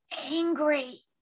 angry